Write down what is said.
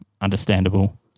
understandable